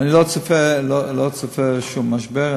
אני לא צופה שום משבר.